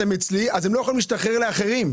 אצלך כך שהם לא יכולים להשתחרר לאחרים.